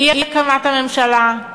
באי-הקמת הממשלה,